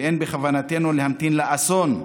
ואין בכוונתנו להמתין לאסון.